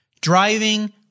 driving